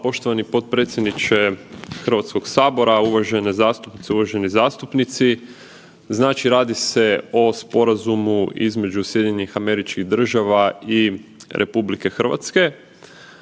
Poštovani potpredsjedniče Hrvatskog sabora. Uvažene zastupnice, uvaženi zastupnici. Znači radi se o sporazumu između SAD-a i RH, poštovani